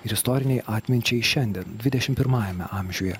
ir istorinei atminčiai šiandien dvidešimt pirmajame amžiuje